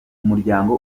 umuryango